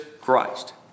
Christ